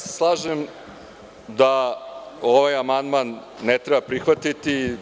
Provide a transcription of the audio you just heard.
Slažem se da ovaj amandman ne treba prihvatiti.